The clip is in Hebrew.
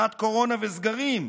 שנת קורונה וסגרים,